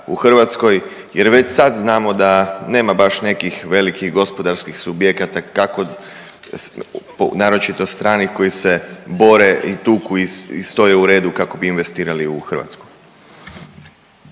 u Hrvatskoj jer već sad znamo da nema baš nekih velikih gospodarskih subjekata kako, naročito stranih koji se bore i tuku i stoje u redu kako bi investirali u Hrvatsku?